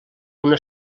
una